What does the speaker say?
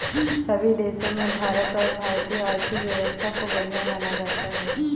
सभी देशों में भारत और भारतीय आर्थिक व्यवस्था को बढ़िया माना जाता है